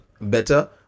better